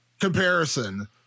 comparison